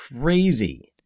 crazy